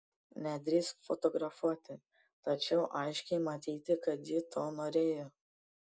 nedrįsk fotografuoti tačiau aiškiai matyti kad ji to norėjo